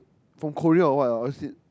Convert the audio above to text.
from Korea or what ah obviously